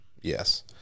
Yes